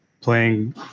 playing